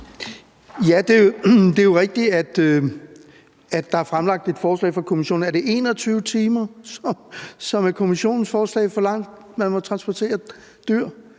Det er jo rigtigt, at der er fremlagt et forslag fra Kommissionen. Er det 21 timer, som i Kommissionens forslag er for langt til, at man må transportere dyr,